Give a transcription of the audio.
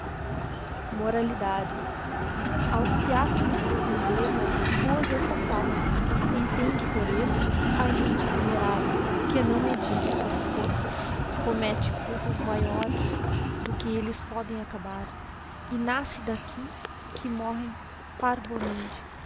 dormir moralidade alciato nos seus emblemas poz esta fal nla entonde por estes a gente temerária que não medindo suas forças commette cousas maiores do que elles podem acabar e nasce d'aqui que morrem parvoamente